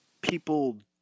people